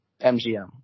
MGM